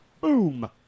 Boom